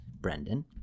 Brendan